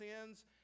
sins